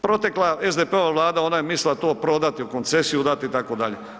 Protekla, SDP-ova Vlada ona je mislila to prodati, u koncesiju dati, itd.